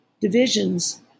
divisions